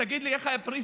תגיד לי, איך הייתה פריז?